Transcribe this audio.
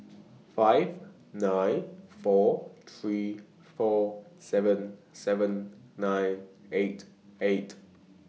five nine four three four seven seven nine eight eight